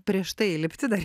prieš tai įlipti dar